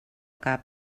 cap